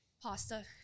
Pasta